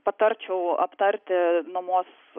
patarčiau aptarti nuomos